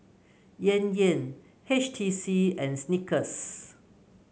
Yan Yan H T C and Snickers